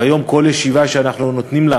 והיום כל ישיבה שאנחנו נותנים לה